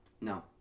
no